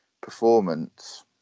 performance